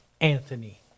Anthony